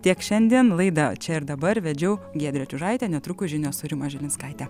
tiek šiandien laidą čia ir dabar vedžiau giedrė čiužaitė netrukus žinios su rima žilinskaite